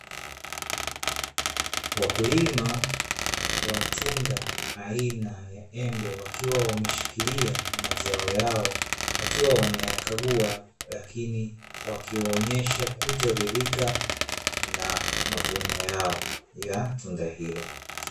Wakulima wa tunda aina ya embe wakiwa wameshikilia mazao yao, wakiwa wanayakagua lakini wakionyesha kutokuridhika na mavuno yao ya tunda hilo.